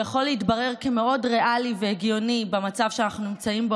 שיכול להתברר כמאוד ריאלי והגיוני במצב שאנחנו נמצאים בו